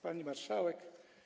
Pani Marszałek!